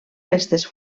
restes